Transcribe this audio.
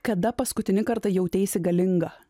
kada paskutinį kartą jauteisi galinga